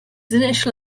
initial